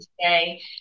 today